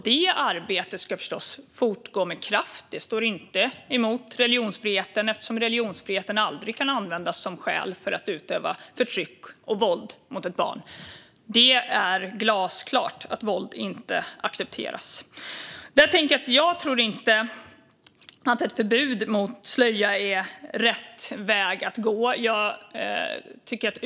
Detta arbete ska fortgå med kraft och går inte emot religionsfriheten eftersom religionsfriheten aldrig kan användas som skäl för att utöva förtryck och våld mot ett barn. Det är glasklart att vi inte accepterar våld. Jag tror inte att ett förbud mot slöja är rätt väg att gå.